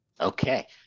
Okay